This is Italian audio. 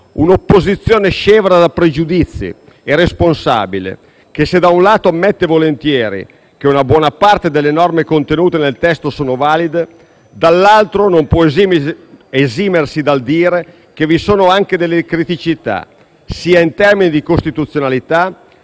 un'opposizione scevra da pregiudizi e responsabile, che se da un lato ammette volentieri che una buona parte delle norme contenute nel testo sono valide dall'altro non può esimersi dal dire che vi sono anche delle criticità sia in termini di costituzionalità,